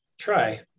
Try